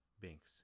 Binks